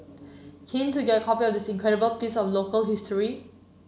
keen to get a copy of this incredible piece of local history